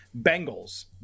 bengals